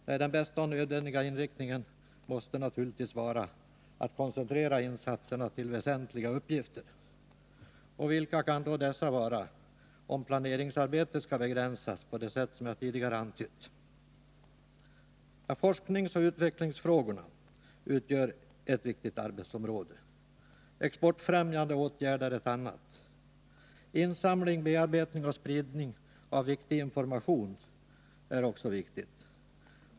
Nej, den bästa och nödvändiga inriktningen måste naturligtvis vara att koncentrera insatserna till väsentliga uppgifter. Och vilka kan då dessa vara, om planeringsarbetet skall begränsas på det sätt jag tidigare antytt? Forskningsoch utvecklingsfrågorna utgör ett viktigt arbetsområde, exportfrämjande åtgärder ett annat. Insamling, bearbetning och spridning av viktig information är också väsentligt.